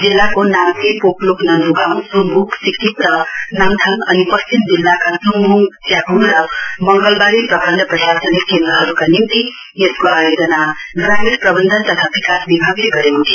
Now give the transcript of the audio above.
जिल्लाको नाम्ची पोक्लोक नन्दुगाउँ सुम्वुक सिक्किप र नाम्थाङ अनि पश्चिम जिल्लाका चुम्वुङ च्याखुङ र मंगलवारे प्रखण्ड प्रशासनिक केन्द्रहरुका निम्ति यसको आयोजना ग्रामीण प्रवन्धन तथा विकास विभागले गरेको थियो